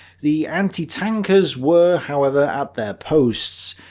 the anti-tankers were, however, at their posts.